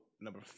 number